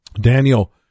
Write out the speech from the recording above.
Daniel